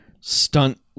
stunt